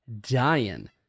dying